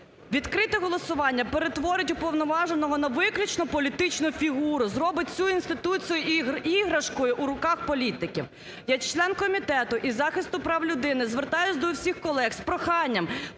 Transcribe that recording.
Відкрите голосування перетворить уповноваженого на виключно політичну фігуру, зробить цю інституцію іграшкою у руках політиків. Як член Комітету із захисту прав людини звертаюся до всіх колег з проханням